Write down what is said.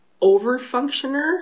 over-functioner